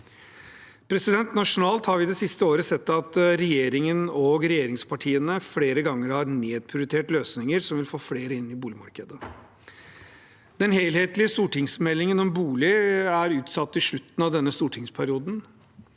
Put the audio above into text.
må opp. Nasjonalt har vi det siste året sett at regjeringen og regjeringspartiene flere ganger har nedprioritert løsninger som ville få flere inn i boligmarkedet. Den helhetlige stortingsmeldingen om bolig er utsatt til slutten av denne stortingsperioden.